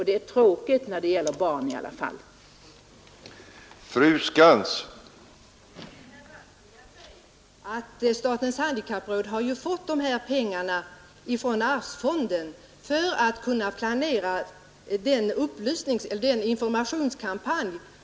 Det är tråkigt, inte minst därför att det också gäller barn.